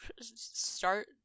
start